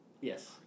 Yes